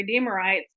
Redeemerites